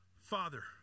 Father